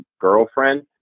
girlfriend